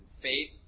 faith